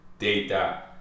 data